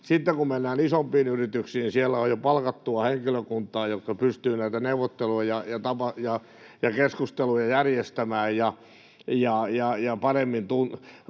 Sitten kun mennään isompiin yrityksiin, siellä on jo palkattua henkilökuntaa, joka pystyy näitä neuvotteluja ja keskusteluja järjestämään ja paremmin